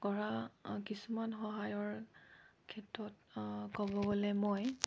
কৰা কিছুমান সহায়ৰ ক্ষেত্ৰত ক'ব গ'লে মই